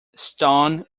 stone